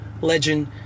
legend